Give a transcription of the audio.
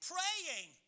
Praying